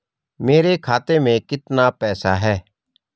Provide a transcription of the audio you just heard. मेरे खाते में कितना पैसा है?